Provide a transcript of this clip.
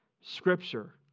Scripture